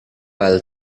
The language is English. aisle